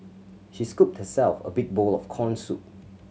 she scooped herself a big bowl of corn soup